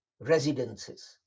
residences